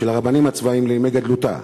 ושל הרבנים הצבאים, לימי גדלותה,